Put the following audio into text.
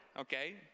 okay